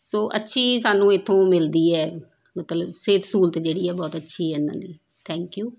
ਸੋ ਅੱਛੀ ਸਾਨੂੰ ਇਥੋਂ ਮਿਲਦੀ ਹੈ ਮਤਲਬ ਸਿਹਤ ਸਹੂਲਤ ਜਿਹੜੀ ਹੈ ਬਹੁਤ ਅੱਛੀ ਹੈ ਇਹਨਾਂ ਦੀ ਥੈਂਕ ਯੂ